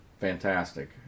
fantastic